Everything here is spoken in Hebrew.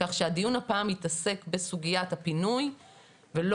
כך שהדיון הפעם יתעסק בסוגיית הפינוי ולא